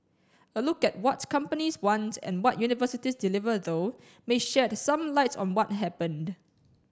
a look at what companies want and what universities deliver though may shed some light on what happened